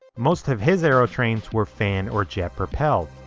most of his aerotrains were fan or jet propelled.